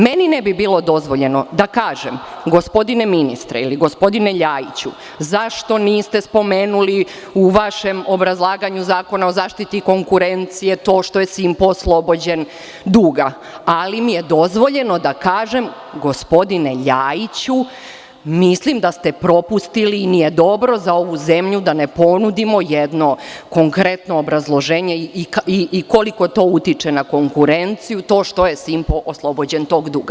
Meni ne bi bilo dozvoljeno da kažem – gospodine ministre ili gospodine Ljajiću, zašto niste spomenuli u vašem obrazlaganju Zakona o zaštiti konkurencije to što je „Simpo“ oslobođen duga, ali mi je dozvoljeno da kažem – gospodine Ljajiću, mislim da ste propustili i nije dobro za ovu zemlju da ne ponudimo jedno konkretno obrazloženje koliko to utiče na konkurenciju to što je „Simpo“ oslobođen tog duga.